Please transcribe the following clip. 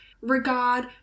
regard